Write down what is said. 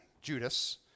Judas